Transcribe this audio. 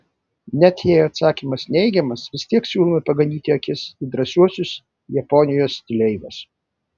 net jei atsakymas neigiamas vis tiek siūlome paganyti akis į drąsiuosius japonijos stileivas